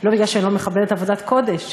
לא כי אני לא מכבדת עבודת קודש,